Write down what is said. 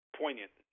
poignant